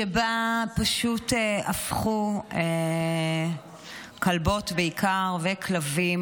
שבה פשוט הפכו כלבות בעיקר וכלבים